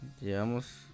Llevamos